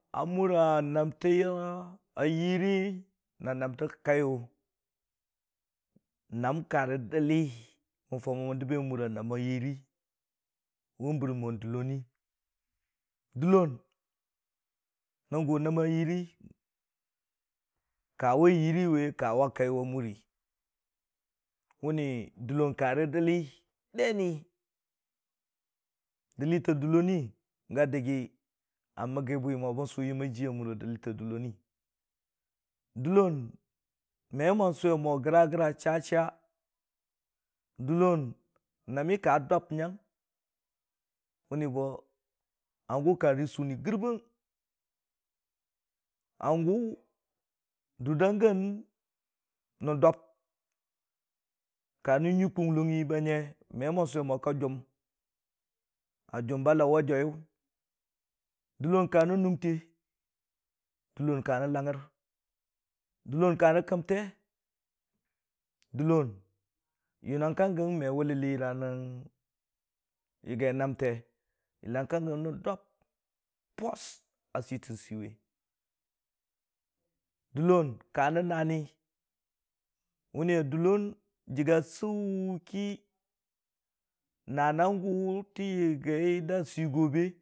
A mura naamta yiiri na naamta kaiyʊ. Naam karə dəlli, mən fau mən dəbe amura naama yiiri, Dəllon nən gʊ naama yiiri kawa kaiyʊ we ka wa yiiri we. Wʊni dəllon karə dəlli duni dəlli ta dəlloni ga dəggi a mag bwiya meyʊ, go bən sʊ yamma ji. Dəllon me mo, sʊwe ma graa graa cha- cha. Dəllon naami ka dob nyang, məni ho hangu ka rə sʊʊni grəbəng hangʊ dʊv da gən nin dob, ka rə nyui kwʊnglong ba nyə, me mo sʊwi mo ka jaʊm, a jaʊm ba lau wa jwaiyʊ, Dəllon ka rə nʊngtee, dəllon ka rə langrə, dəllon ka rə kəmte, dəllon yʊnnən ka gən me wʊlləli nyəra rə yagii naamte yʊnan rə dob, pʊs a swi tən swiwe, dəllon karə naani dəgga saʊ ki naanan gʊ da sigo be.